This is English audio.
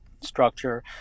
structure